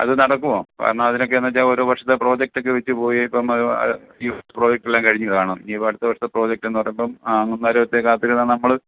അത് നടക്കുമോ കാരണം അതിനൊക്കെ എന്നുവെച്ചാൽ ഓരോ വർഷത്തിലെ പ്രോജക്റ്റ് ഒക്കെ വെച്ച് പോയി ഇപ്പം അത് ഈ പ്രോജക്റ്റ് എല്ലാം കഴിഞ്ഞ് കാണും ഇനി ഇപ്പോൾ അടുത്ത വർഷത്തെ പ്രോജക്റ്റ് എന്ന് പറയുമ്പം മൂന്നാല് വർഷം കാത്തിരുന്നാൽ നമ്മൾ